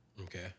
Okay